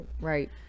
Right